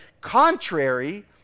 contrary